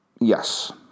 Yes